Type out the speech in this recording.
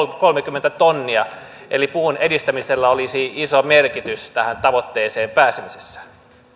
kolmekymmentä tonnia eli puun edistämisellä olisi iso merkitys tähän tavoitteeseen pääsemisessä